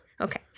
Okay